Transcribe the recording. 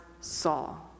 Saul